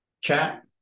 chat